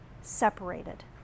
Separated